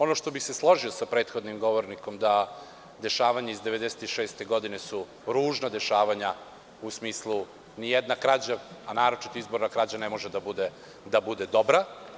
Ono što bih se složio sa prethodnim govornikom je da su dešavanja iz 1996. godine ružna dešavanja, u smislu da nijedna krađa, a naročito izborna krađa, ne može da bude dobra.